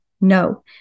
No